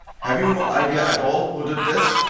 have you no idea at all who did this?